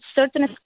certain